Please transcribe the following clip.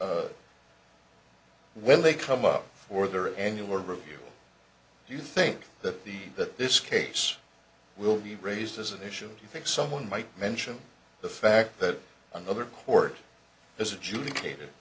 d when they come up for their annual review do you think that the that this case will be raised as an issue you think someone might mention the fact that another court has adjudicate